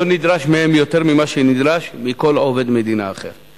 לא נדרש מהם יותר ממה שנדרש מכל עובד מדינה אחר.